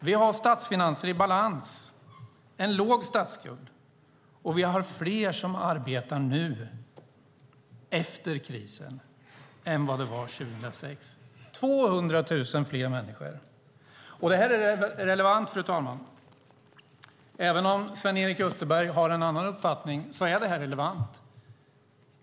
Vi har statsfinanser i balans, en låg statsskuld och fler som arbetar nu efter krisen än det var 2006 - 200 000 fler människor. Det här är relevant, fru talman. Även om Sven-Erik Österberg har en annan uppfattning är det här relevant.